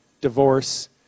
divorce